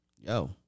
yo